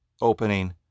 opening